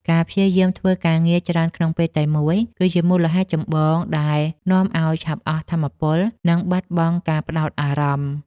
ការព្យាយាមធ្វើការងារច្រើនក្នុងពេលតែមួយ គឺជាមូលហេតុចម្បងដែលនាំឱ្យឆាប់អស់ថាមពល និងបាត់បង់ការផ្ដោតអារម្មណ៍។